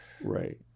Right